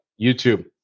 YouTube